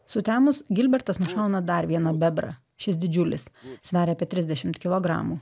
sutemus gilbertas nušauna dar vieną bebrą šis didžiulis sveria apie trisdešimt kilogramų